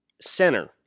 center